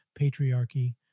patriarchy